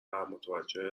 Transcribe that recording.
متوجه